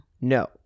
No